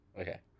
Okay